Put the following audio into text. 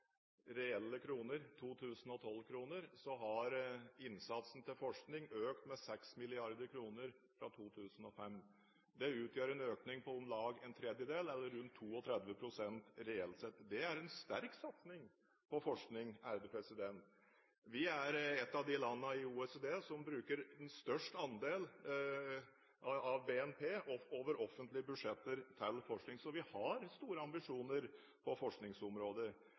reelle 2012-kroner, har innsatsen til forskning økt med 6 mrd. kr fra 2005. Det utgjør en økning på om lag en tredjedel eller rundt 32 pst. reelt sett. Det er en sterk satsing på forskning. Vi er ett av de landene i OECD som bruker størst andel av BNP over offentlige budsjetter til forskning. Så vi har store ambisjoner på forskningsområdet.